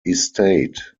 estate